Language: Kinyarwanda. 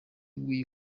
w’iyi